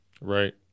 right